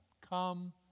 Come